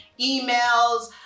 emails